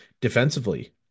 defensively